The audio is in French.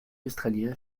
australien